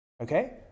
okay